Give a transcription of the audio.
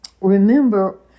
Remember